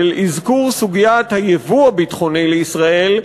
של אזכור סוגיית היבוא הביטחוני לישראל,